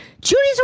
Judy's